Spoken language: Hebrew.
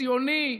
ציוני,